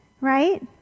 right